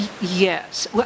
Yes